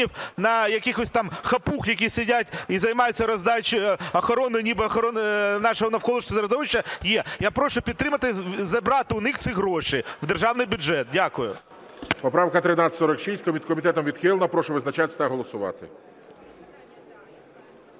Поправка 1367, вона комітетом відхилена. Прошу визначатися та голосувати.